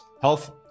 Health